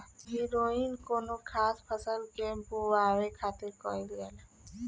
हैरोइन कौनो खास फसल के बोआई खातिर कईल जाला